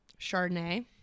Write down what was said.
Chardonnay